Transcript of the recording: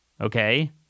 Okay